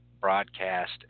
broadcast